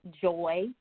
joy